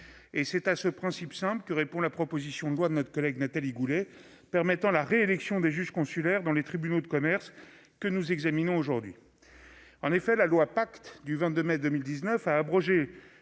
C'est à ce principe simple que répond la proposition de loi de notre collègue Nathalie Goulet, permettant la réélection des juges consulaires dans les tribunaux de commerce que nous examinons aujourd'hui. En effet, la loi Pacte du 22 mai 2019 a abrogé